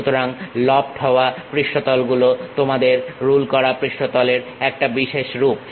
সুতরাং লফট হওয়া পৃষ্ঠতলগুলো তোমাদের রুল করা পৃষ্ঠতলের একটা বিশেষ রূপ